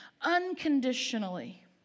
unconditionally